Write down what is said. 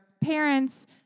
parents